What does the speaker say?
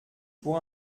pour